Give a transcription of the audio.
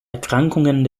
erkrankungen